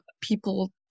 people